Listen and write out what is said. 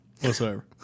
whatsoever